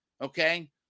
Okay